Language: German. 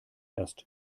erst